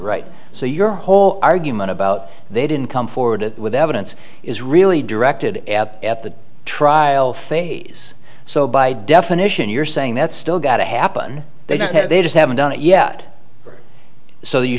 right so your whole argument about they didn't come forward with evidence is really directed at at the trial phase so by definition you're saying that's still got to happen they don't have they just haven't done it yet so